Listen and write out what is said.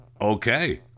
Okay